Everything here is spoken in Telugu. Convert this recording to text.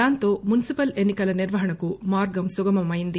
దాంతో మున్సిపల్ ఎన్ని కల నిర్వహణకు మార్గం సుగమం అయ్యింది